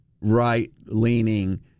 right-leaning